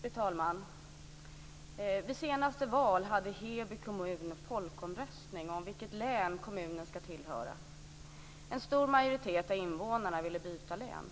Fru talman! Vid det senaste valet hade Heby kommun folkomröstning om vilket län kommunen skulle tillhöra. En stor majoritet av invånarna ville byta län.